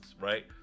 right